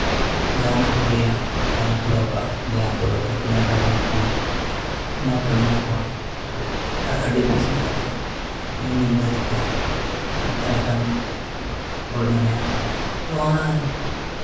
ᱡᱟᱦᱟᱱᱟᱜ ᱠᱚ ᱞᱟᱹᱭᱟ ᱚᱱᱟᱭ ᱠᱚᱨᱟᱣ ᱠᱟᱜᱼᱟ ᱡᱟᱦᱟᱸᱭᱟᱜ ᱵᱞᱚᱠ ᱨᱮ ᱠᱟᱹᱢᱤ ᱵᱟᱭ ᱜᱟᱱᱚᱜ ᱠᱷᱟᱱ ᱚᱱᱟᱭ ᱠᱟᱹᱢᱤᱭᱟᱠᱚᱣᱟ ᱟᱨ ᱟᱹᱰᱤ ᱵᱮᱥ ᱞᱮᱠᱟᱛᱮ ᱩᱱᱤ ᱱᱤᱛ ᱫᱷᱟᱹᱨᱤᱡ ᱛᱮ ᱱᱮᱛᱟ ᱞᱮᱠᱟᱱ ᱦᱚᱲ ᱢᱮᱱᱟᱭᱟ ᱱᱚᱣᱟ